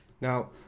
Now